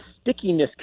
stickiness